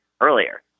earlier